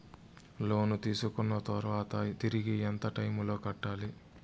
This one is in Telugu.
లోను తీసుకున్న తర్వాత తిరిగి ఎంత టైములో కట్టాలి